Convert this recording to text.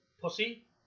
Pussy